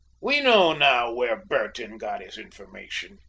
we know now where bertin got his information.